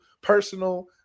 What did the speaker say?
personal